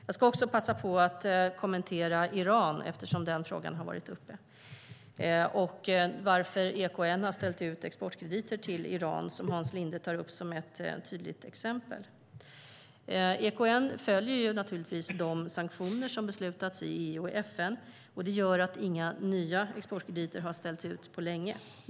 Jag ska också passa på att kommentera Iran, eftersom frågan har varit uppe om varför EKN har ställt ut exportkrediter till Iran. Hans Linde tog upp det som ett tydligt exempel. EKN följer naturligtvis de sanktioner som beslutats i EU och FN, och det gör att inga nya exportkrediter har ställts ut på länge.